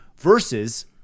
versus